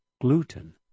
gluten